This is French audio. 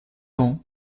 ans